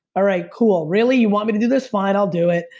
all right, cool, really? you want me to do this? fine, i'll do it.